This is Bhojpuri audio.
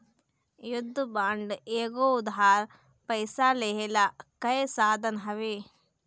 युद्ध बांड एगो उधार पइसा लेहला कअ साधन हवे